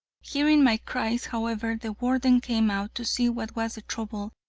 hearing my cries, however, the warden came out to see what was the trouble,